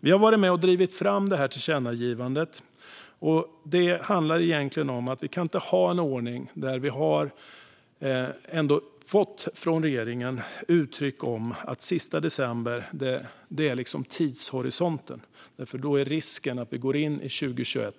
Vi har varit med och drivit fram det tillkännagivandet. Det handlar egentligen om att vi inte kan ha en ordning där vi fått uttryck från regeringen om att den sista december är tidshorisonten. Då är risken att vi går in i 2021.